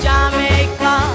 Jamaica